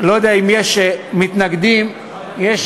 לא יודע אם יש מתנגדים אה,